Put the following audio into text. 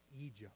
Egypt